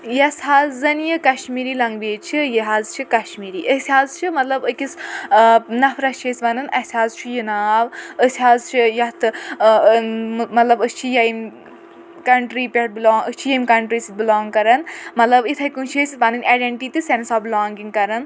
یۄس حظ زن یہِ کشمیٖری لنٛگویج چھِ یہِ حظ چھِ کشمیٖری أسۍ حظ چھِ مطلب أکِس ٲں نَفرَس چھِ أسۍ ونان اسہِ حظ چھُ یہِ ناو أسۍ حظ چھِ یتھ ٲں مطلب أسۍ چھِ ییٚمہِ کنٹرٛی پٮ۪ٹھ بلانٛگ أسۍ چھِ ییٚمہِ کنٹرٛی سۭتۍ بلانٛگ کران مطلب یِتھے کٔنۍ چھِ أسۍ پنٕنۍ آیڈیٚنٹی تہٕ سیٚنٕس آف بلانٛگِنٛگ کران